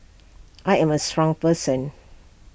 I am A strong person